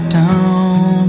down